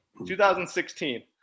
2016